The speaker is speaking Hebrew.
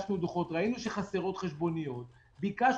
ביחס לחשבונית?